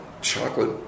chocolate